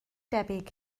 debyg